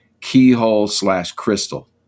Keyhole-slash-Crystal